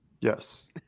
Yes